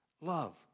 love